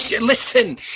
Listen